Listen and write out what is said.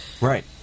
right